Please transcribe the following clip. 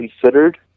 considered